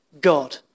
God